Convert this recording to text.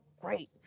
great